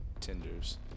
tenders